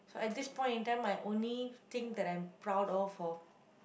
so at this point in time my only thing that I'm proud of for